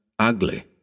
ugly